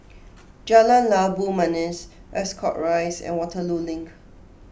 Jalan Labu Manis Ascot Rise and Waterloo Link